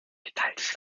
geteiltes